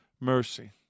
mercy